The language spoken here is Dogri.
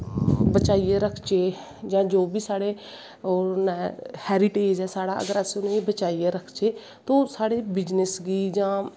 बचाईयै रखचै जां जो बी साढ़े ओह् हैरिटेजड ऐ साढ़ा अगर अस उनेंगी बचाईयै रखचै ते ओह् साढ़े बिजनस गी जां